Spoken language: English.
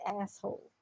asshole